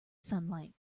sunlight